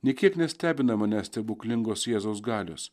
nė kiek nestebina manęs stebuklingos jėzaus galios